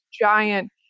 giant